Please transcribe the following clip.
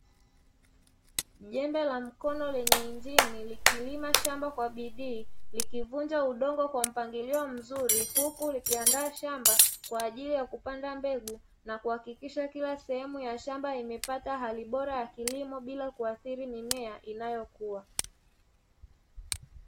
Jembe la mkono lenye injini likilima shamba kwa bidii, likivunja udongo kwa mpangilio mzuri huku likiandaa shamba kwaajili ya kupanda mbegu, na kuhakikisha kila sehemu ya shamba imepata hali bora ya kilimo bila kuathiri mimea inayokua.